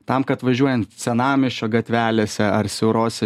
tam kad važiuojant senamiesčio gatvelėse ar siaurose